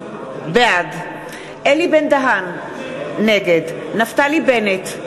בעד אלי בן-דהן, נגד נפתלי בנט,